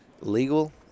legal